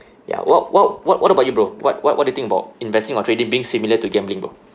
ya what what what what about you bro what what what do you think about investing or trading being similar to gambling bro